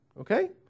Okay